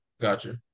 gotcha